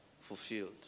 fulfilled